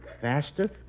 Faster